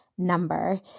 number